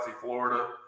Florida